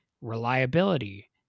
reliability